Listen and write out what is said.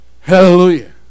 Hallelujah